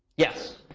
yes.